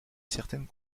certaines